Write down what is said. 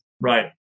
right